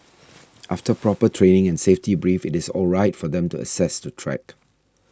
after proper training and safety brief it is all right for them to access to track